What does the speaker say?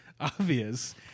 obvious